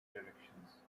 directions